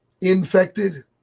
infected